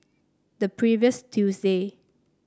the previous Tuesday